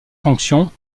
fonctions